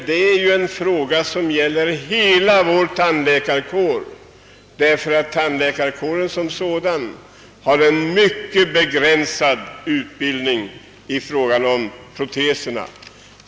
Detta är dock en fråga som gäller hela vår tandläkarkår, eftersom denna har en mycket begränsad utbildning i fråga om proteserna.